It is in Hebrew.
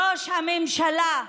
ראש הממשלה,